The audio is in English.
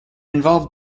involve